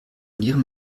ihrem